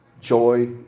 Joy